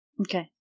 Okay